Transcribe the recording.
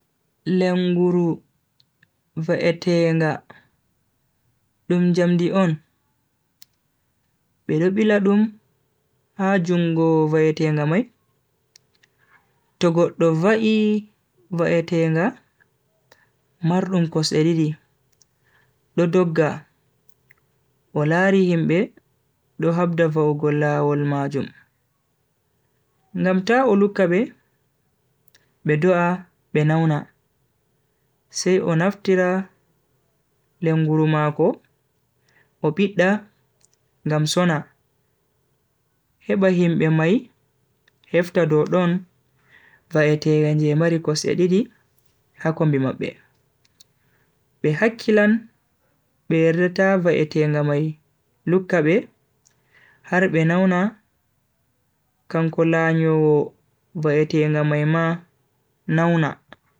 Lenguru va'etenga ɗum jamdi on, be lobbi la ɗum ha jungo va'etenga mai, to go ɗo va'i va'etenga mar ɗum kosɗidi. Ɗo dogga, bo lari himɓe ɗo habda vowgolawol majum, ngam ta o lukkaɓe, be do'a be nauna. Sai a naftira lenguru mako o ɓiddda gam sona heɓa himɓe mai hefta ɗo ɗon va'etega jey mari kosɗidi ha kombi maɓɓe. Be hakkilan ɓe reta va'etenga mai lukkaɓe har be nauna kan kola nyowo va'etenga mai ma nauna.